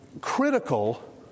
critical